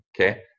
okay